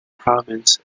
province